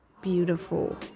beautiful